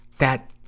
that,